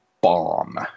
bomb